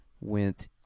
went